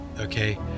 okay